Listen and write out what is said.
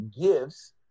gifts